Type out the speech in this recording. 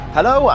Hello